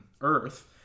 earth